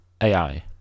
AI